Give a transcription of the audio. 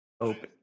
open